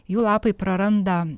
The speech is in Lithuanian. jų lapai praranda